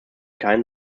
keinen